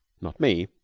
not me?